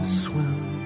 swim